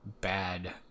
bad